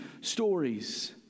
stories